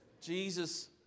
Jesus